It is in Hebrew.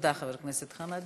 תודה לחבר הכנסת עמאר.